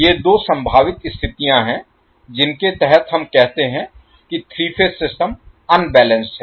ये दो संभावित स्थितियां हैं जिनके तहत हम कहते हैं कि 3 फेज सिस्टम अनबैलेंस्ड है